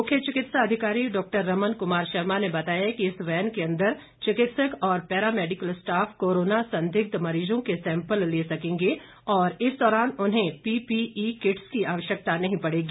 मुख्य चिकित्सा अधिकारी डॉक्टर रमन कुमार शर्मा ने बताया कि इस वैन के अंदर चिकित्सक और पैरा मैडिकल स्टॉफ कोरोना संदिग्ध मरीजों के सैंपल ले सकेंगे और इस दौरान उन्हें पीपीई किट्स की आवश्यकता नहीं पड़ेगी